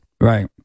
Right